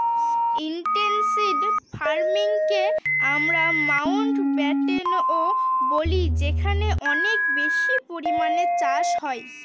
intensive ফার্মিংকে আমরা মাউন্টব্যাটেনও বলি যেখানে অনেক বেশি পরিমানে চাষ হয়